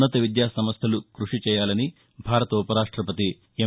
ఉన్నతవిద్యాసంస్థలు కృషిచేయాలని భారత ఉపరాష్టపతి ఎం